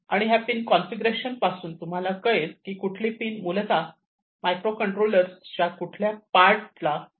आणि ह्या pin configuration पासून तुम्हाला कळेल की कुठली पिन मूलतः मायक्रो कंट्रोलर च्या कुठल्या पोर्ट ला कनेक्ट करते